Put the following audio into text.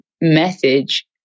message